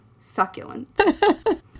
succulents